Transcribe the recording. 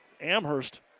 Amherst